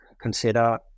consider